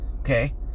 okay